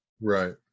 Right